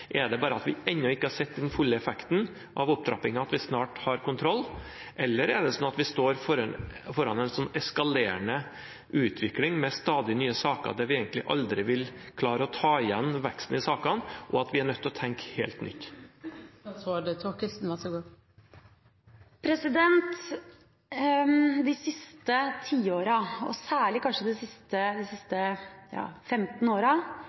Er det bare det at vi ennå ikke har sett den fulle effekten av opptrappingen, og at vi snart har kontroll? Eller er det sånn at vi står foran en eskalerende utvikling med stadig nye saker, der vi egentlig aldri vil klare å ta igjen veksten i antall saker, og at vi er nødt til å tenke helt nytt? De siste tiårene, og kanskje særlig de siste 15 årene, har det